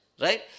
right